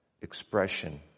expression